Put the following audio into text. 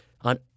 on